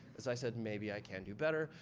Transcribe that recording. because i said, maybe i can do better.